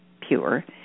pure